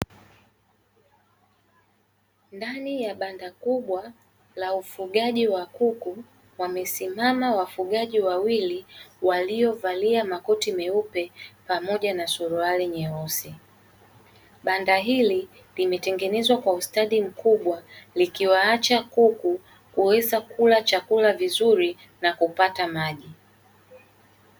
Ndani ya banda kubwa la ufugaji wa kuku wamesimama wafugaji wawili waliovalia makoti meupe pamoja na suruali nyeusi. Banda hili limetengenezwa kwa ustadi mkubwa likiwaacha kuku kuweza kula chakula vizuri na kupata maji.